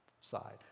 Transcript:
side